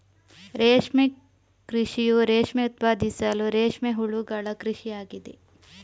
ರೇಷ್ಮೆ ಕೃಷಿಯು ರೇಷ್ಮೆ ಉತ್ಪಾದಿಸಲು ರೇಷ್ಮೆ ಹುಳುಗಳ ಕೃಷಿ ಆಗಿದೆ